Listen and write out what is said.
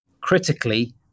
Critically